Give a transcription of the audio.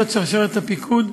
זאת שרשרת הפיקוד.